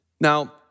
Now